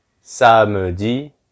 samedi